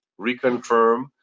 reconfirm